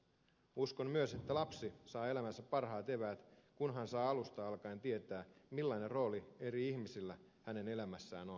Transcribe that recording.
uskon myös että lapsi saa elämäänsä parhaat eväät kun hän saa alusta alkaen tietää millainen rooli eri ihmisillä hänen elämässään on